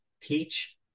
Peach